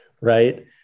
Right